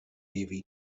levi